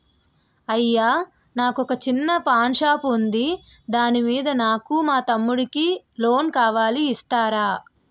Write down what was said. అయ్యా నాకు వొక చిన్న పాన్ షాప్ ఉంది దాని మీద నాకు మా తమ్ముడి కి లోన్ కావాలి ఇస్తారా?